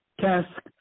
Task